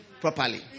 properly